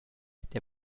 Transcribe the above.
der